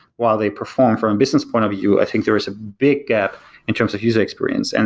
while they perform from business point of view, i think there is a big gap in terms of user experience. and